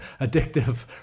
addictive